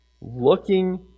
Looking